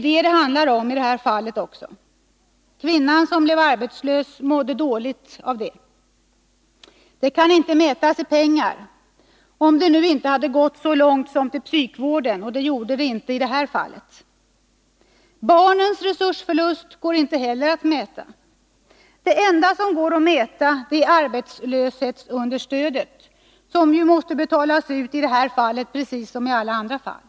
Det handlar det om i detta fall också. Kvinnan som blev arbetslös mådde dåligt av det. Det kan inte mätas i pengar, om det inte går så långt att hon behöver psykvård, men det gjorde det inte i detta fall. Barnens resursförlust går inte heller att mäta. Det enda som går att mäta är arbetslösunderstödet, som ju måste betalas ut i detta fall precis som i alla andra fall.